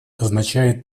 означает